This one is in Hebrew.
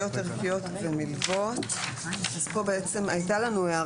פה בעצם הייתה לנו הערה.